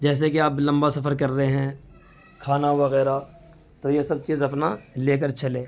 جیسے کہ آپ لمبا سفر کر رہے ہیں کھانا وغیرہ تو یہ سب چیز اپنا لے کر چلے